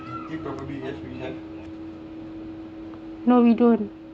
no we don't